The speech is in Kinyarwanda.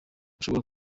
ushobora